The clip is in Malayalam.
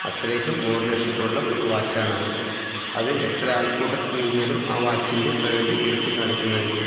അത്രക്കും മോഡലേഷൻ ഉള്ള ഒരു വാച്ചാണത് അത് എത്ര ആൾക്കൂട്ടത്തിൽ നിന്നാലും ആ വാച്ചിൻ്റെ പ്രകൃതി എടുത്ത് കാണിക്കുന്നതായിരിക്കും